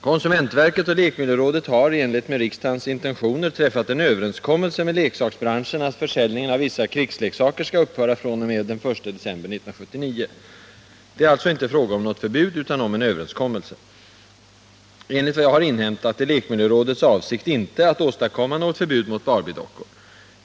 Konsumentverket och lekmiljörådet har — i enlighet med riksdagens intentioner — träffat en överenskommelse med leksaksbranschen att försäljningen av vissa krigsleksaker skall upphöra fr.o.m. den 1 december 1979. Det är alltså inte fråga om något förbud utan om en överenskommelse. Enligt vad jag har inhämtat är lekmiljörådets avsikt inte att åstadkomma något förbud mot Barbie-dockor.